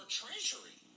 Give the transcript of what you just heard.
treasury